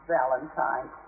Valentine